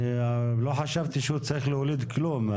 לא חשבתי שהוא צריך להוליד כלום.